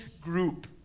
group